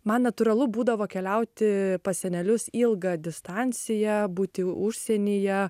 man natūralu būdavo keliauti pas senelius ilgą distanciją būti užsienyje